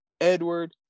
Edward